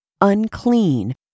Unclean